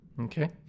Okay